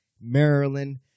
Maryland